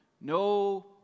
no